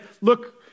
Look